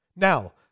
Now